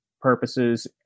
purposes